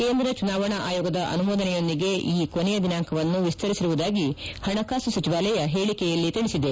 ಕೇಂದ್ರ ಚುನಾವಣಾ ಆಯೋಗದ ಅನುಮೋದನೆಯೊಂದಿಗೆ ಈ ಕೊನೆಯ ದಿನಾಂಕವನ್ನು ವಿಸ್ತರಿಸಿರುವುದಾಗಿ ಹಣಕಾಸು ಸಚಿವಾಲಯ ಹೇಳಿಕೆಯಲ್ಲಿ ತಿಳಿಸಿದೆ